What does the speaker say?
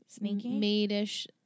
maidish